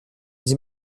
sie